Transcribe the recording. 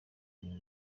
bintu